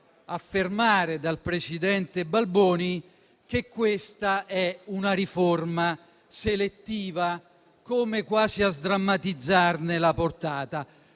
affermare dal presidente Balboni che questa è una "riforma selettiva", quasi a sdrammatizzarne la portata.